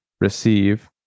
receive